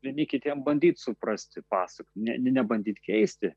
vieni kitiem bandyt suprasti pasak ne nebandyti keisti